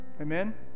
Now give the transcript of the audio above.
Amen